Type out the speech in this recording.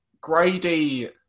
Grady